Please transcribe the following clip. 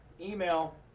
email